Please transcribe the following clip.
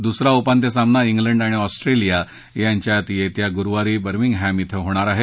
दुसरा उपांत्य सामना किंड आणि ऑस्ट्रेलिया यांच्यात येत्या गुरुवारी बर्मिंगहेंम किं होणार आहे